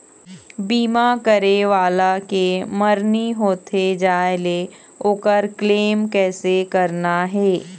बीमा करने वाला के मरनी होथे जाय ले, ओकर क्लेम कैसे करना हे?